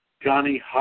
Johnny